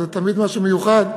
זה תמיד משהו מיוחד.